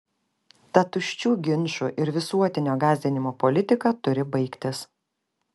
ta tuščių ginčų ir visuotinio gąsdinimo politika turi baigtis